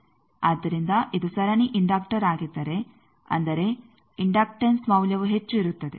ಆದ್ದರಿಂದ ಇದು ಸರಣಿ ಇಂಡಕ್ಟರ್ ಆಗಿದ್ದರೆ ಅಂದರೆ ಇಂಡಕ್ಟನ್ಸ್ ಮೌಲ್ಯವು ಹೆಚ್ಚು ಇರುತ್ತದೆ